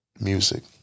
music